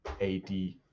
AD